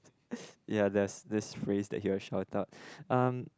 ya there's this phrase that he will shout out um